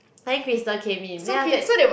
then Crystal came in then after that